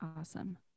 Awesome